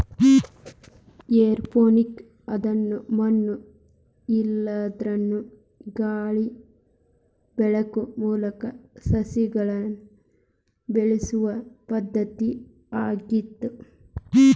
aeroponics ಅನ್ನೋದು ಮಣ್ಣು ಇಲ್ಲಾಂದ್ರನು ಗಾಳಿ ಬೆಳಕು ಮೂಲಕ ಸಸಿಗಳನ್ನ ಬೆಳಿಸೋ ಪದ್ಧತಿ ಆಗೇತಿ